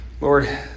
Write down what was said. Lord